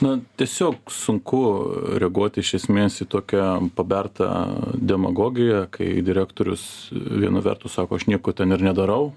na tiesiog sunku reaguoti iš esmės į tokią pabertą demagogiją kai direktorius viena vertus sako aš nieko ten ir nedarau